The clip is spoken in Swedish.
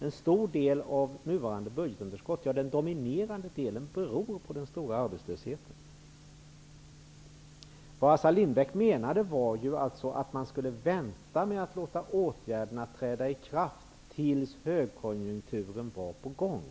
En stor del av nuvarande budgetunderskott, ja, den dominerande delen av detta, beror på den stora arbetslösheten. Vad Assar Lindbeck menade var att man skulle vänta med att låta åtgärderna träda i kraft tills en högkonjunktur var på gång.